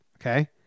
Okay